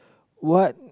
what